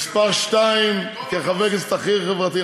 מספר שתיים כחבר הכנסת הכי חברתי.